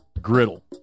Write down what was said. Griddle